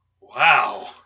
Wow